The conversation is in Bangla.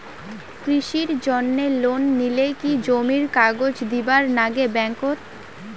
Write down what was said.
কৃষির জন্যে লোন নিলে কি জমির কাগজ দিবার নাগে ব্যাংক ওত?